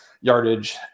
yardage